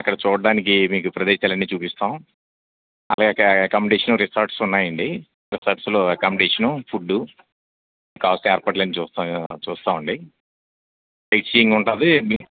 అక్కడ చూడడానికి మీకు ప్రదేశాలు అన్నీ చూపిస్తాం అలాగే అకామిడేషను రిసార్ట్స్ ఉన్నాయి అండి రిసార్ట్స్లో అకామిడేషను ఫుడ్డు కావాల్సిన ఏర్పాట్లు అన్నీ చూస్తా చూస్తాం అండి సైట్సీయింగ్ ఉంటుంది మీ